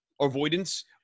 avoidance